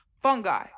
Fungi